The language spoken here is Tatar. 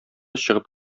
чыгып